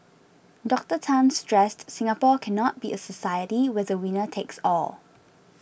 Doctor Tan stressed Singapore cannot be a society where the winner takes all